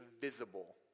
visible